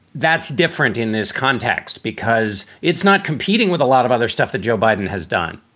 that's different in this context because it's not competing with a lot of other stuff that joe biden has done.